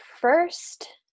first